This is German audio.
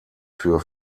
für